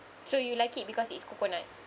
so you like it because it's coconut